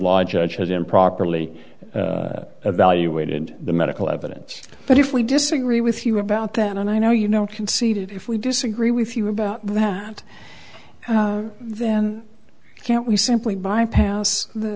law judge has improperly evaluated the medical evidence but if we disagree with you about that and i know you know concede if we disagree with you about that then can't we simply bypass th